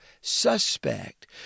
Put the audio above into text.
suspect